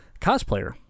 cosplayer